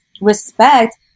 respect